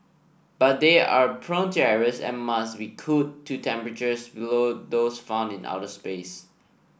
but they are prone to errors and must be cooled to temperatures below those found in outer space